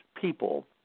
people